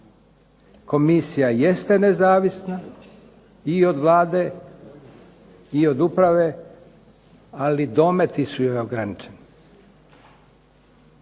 Komisija jeste nezavisna i od Vlade, i od uprave, ali dometi su joj ograničeni.